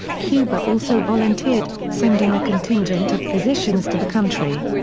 cuba also volunteered, sending a contingent of physicians to the country.